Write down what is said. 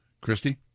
Christy